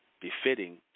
befitting